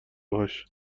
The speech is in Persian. باهاش